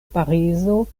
parizo